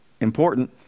important